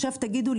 עכשיו תגידו לי,